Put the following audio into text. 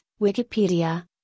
Wikipedia